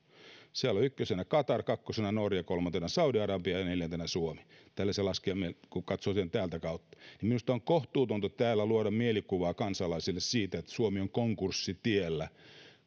siellä on ykkösenä qatar kakkosena norja kolmantena saudi arabia ja neljäntenä suomi tällaisia laskelmia on kun katsoo sen täältä kautta minusta on kohtuutonta täällä luoda mielikuvaa kansalaisille siitä että suomi on konkurssitiellä